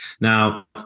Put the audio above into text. Now